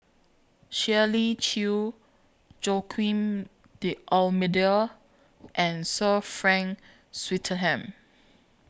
Shirley Chew Joaquim D'almeida and Sir Frank Swettenham